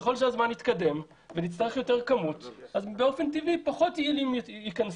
ככל שהזמן יתקדם ונצטרך יותר כמות אז באופן טבעי פחות יעילים ייכנסו,